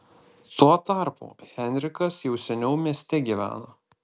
tuo tarpu henrikas jau seniau mieste gyveno